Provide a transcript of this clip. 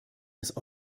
des